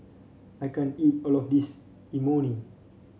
I can't eat all of this Imoni